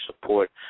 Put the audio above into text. support